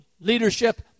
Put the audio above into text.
leadership